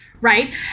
Right